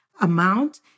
amount